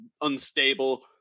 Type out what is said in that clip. unstable